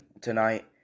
tonight